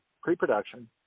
pre-production